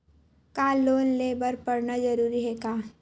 का लोन ले बर पढ़ना जरूरी हे का?